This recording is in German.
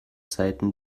seiten